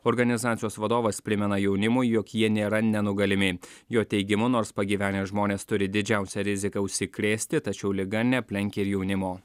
organizacijos vadovas primena jaunimui jog jie nėra nenugalimi jo teigimu nors pagyvenę žmonės turi didžiausią riziką užsikrėsti tačiau liga neaplenkia ir jaunimo